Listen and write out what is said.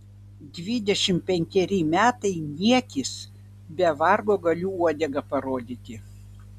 dvidešimt penkeri metai niekis be vargo galiu uodegą parodyti